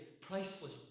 priceless